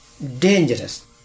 dangerous